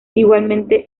igualmente